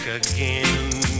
again